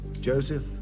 Joseph